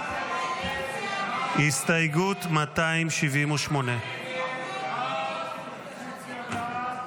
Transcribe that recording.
הסתייגות 278. הסתייגות 278 לא נתקבלה.